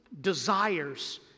desires